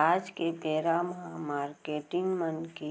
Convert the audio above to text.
आज के बेरा म मारकेटिंग मन के